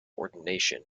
ordination